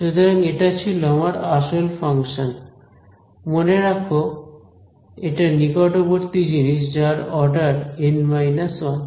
সুতরাং এটা ছিল আমার আসল ফাংশন মনে রাখো এটা নিকটবর্তী জিনিস যার অর্ডার N 1